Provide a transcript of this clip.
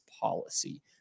policy